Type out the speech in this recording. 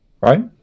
right